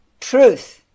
truth